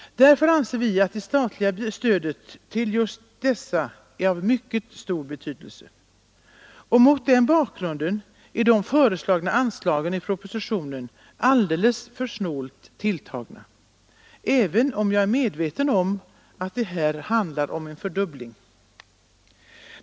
Därför anser vi att det statliga stödet till just dessa grupper är av mycket stor betydelse, och därför är också de i propositionen föreslagna anslagen alldeles för snålt tilltagna; jag är ändå medveten om att det här handlar om en fördubbling.